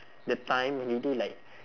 the time already like